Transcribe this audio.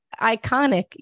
iconic